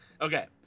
Okay